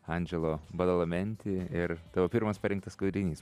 andželo badalamenti ir tavo pirmas parinktas kūrinys